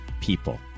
people